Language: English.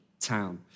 town